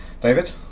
David